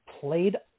played